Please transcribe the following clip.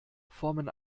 formen